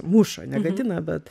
muša ne gadina bet